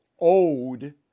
owed